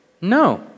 No